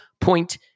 point